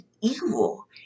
evil